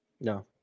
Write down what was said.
No